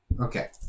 Okay